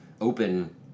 open